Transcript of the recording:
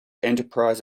enterprise